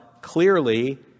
clearly